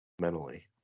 mentally